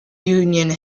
union